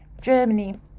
Germany